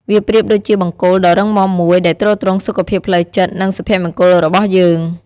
វាប្រៀបដូចជាបង្គោលដ៏រឹងមាំមួយដែលទ្រទ្រង់សុខភាពផ្លូវចិត្ត និងសុភមង្គលរបស់យើង។